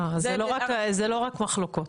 אז זה לא רק מחלוקות?